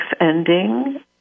ending